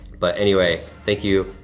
but anyway, thank you,